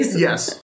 Yes